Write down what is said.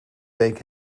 week